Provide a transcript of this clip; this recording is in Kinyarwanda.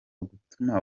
gutuma